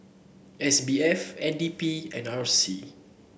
S B F N D P and R C